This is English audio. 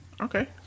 Okay